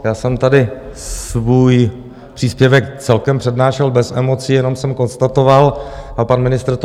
Já jsem tady svůj příspěvek celkem přednášel bez emocí, jenom jsem konstatoval, a pan ministr to řekl.